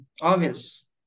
obvious